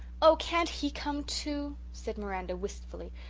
oh, can't he come, too? said miranda wistfully.